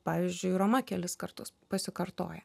pavyzdžiui roma kelis kartus pasikartoja